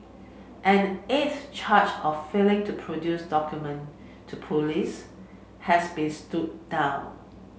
an eighth charge of failing to produce document to police has been stood down